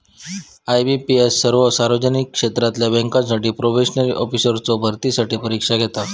IBPS सर्वो सार्वजनिक क्षेत्रातला बँकांसाठी प्रोबेशनरी ऑफिसर्सचो भरतीसाठी परीक्षा घेता